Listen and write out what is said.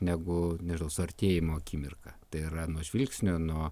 negu nežinau suartėjimo akimirka tai yra nuo žvilgsnio nuo